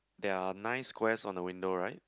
there are nine squares on the window right